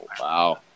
Wow